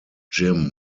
jim